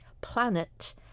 Planet